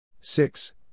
Six